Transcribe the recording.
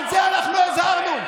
על זה אנחנו הזהרנו.